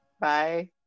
Bye